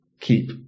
keep